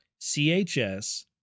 CHS